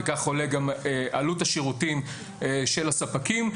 וכך עולה גם עלות השירותים של הספקים.